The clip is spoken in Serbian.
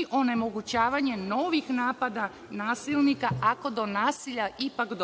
i onemogućavanje novih napada nasilnika ako do nasilja ipak